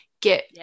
get